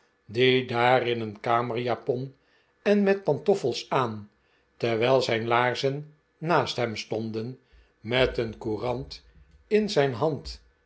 die daar in een kamerjapon en met pantoffels aan terwijl zijn laarzen naast hem stonden met een courant in zijn hand